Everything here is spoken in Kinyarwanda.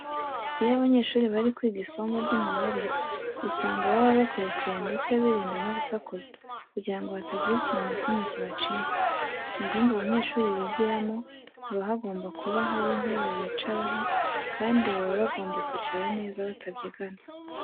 Iyo abanyeshuri bari kwiga isomo ry'imibare usanga baba bakurikiye ndetse birinda no gusakuza kugira ngo hatagira ikintu na kimwe kibacika. Mu byumba abanyeshuri bigiramo haba hagomba kuba hari intebe bicaraho kandi baba bagomba kwicara neza batabyigana.